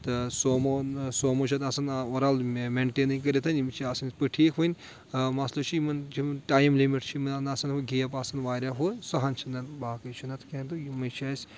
تہٕ سومون سومو چھِ اتھ آسان اُوَر آل مینٹینٕے کٔرِتھ یِم چھِ آسان یتھ پٲٹھۍ ٹھیٖک وُنہِ مثلہٕ چھِ یِمن یِم ٹایم لِمِٹ چھِ آسان ہُہ گیپ آسان واریاہ ہُہ سۄ ہن چھُ نہٕ باقٕے چھُنہٕ اَتھ کینٛہہ تہٕ یِمٕے چھِ اَسہِ